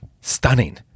stunning